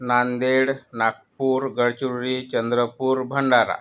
Nanded Nagpur Gadchiroli Chandrapur Bhandara